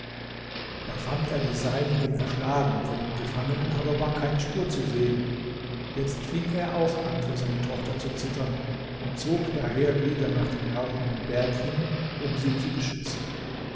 da fand er die seinigen erschlagen von den gefangenen aber war keine spur zu sehen jetzt fing er auch an für seine tochter zu zittern und zog daher wieder nach dem rauchenden berg hin um sie zu beschützen